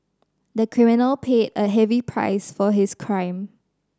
the criminal paid a heavy price for his crime